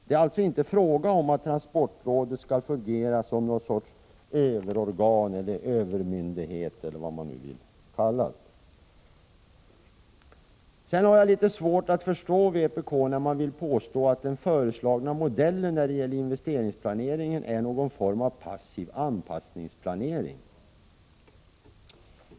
Det är alltså inte fråga om att Yransportrådet skall fungera som någon sorts överorgan, övermyndighet eller vad man nu vill kalla det. Sen har jag litet svårt att förstå vpk när man vill påstå att den föreslagna modellen för investeringsplaneringen är någon form av passiv anpassningsplanering.